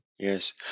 Yes